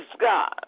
God